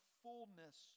fullness